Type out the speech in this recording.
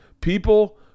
People